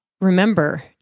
Remember